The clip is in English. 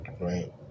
right